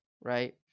right